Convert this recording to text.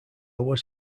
was